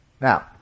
Now